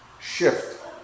shift